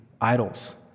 idols